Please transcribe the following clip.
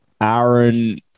Aaron